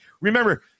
Remember